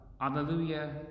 alleluia